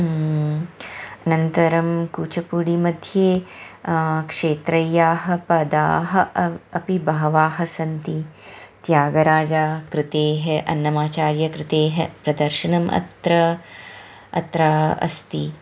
अनन्तरं कूचुपुडि मध्ये क्षेत्रय्याः पदाः अपि बहवः सन्ति त्यागराजकृतेः अन्नमाचार्यकृतेः प्रदर्शनम् अत्र अत्र अस्ति